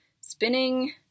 spinning